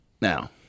Now